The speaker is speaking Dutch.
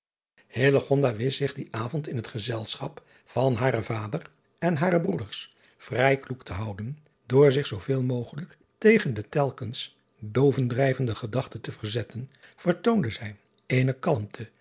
wist zich dien avond in het gezelschap van haren vader en hare broeders vrij kloek te houden door zich zooveel mogelijk tegen de telkens bevendrijvende gedachte te verzetten vertoonde zij eene kalmte